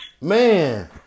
man